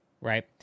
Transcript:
right